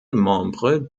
membre